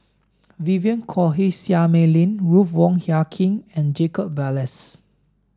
Vivien Quahe Seah Mei Lin Ruth Wong Hie King and Jacob Ballas